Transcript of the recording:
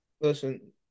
Listen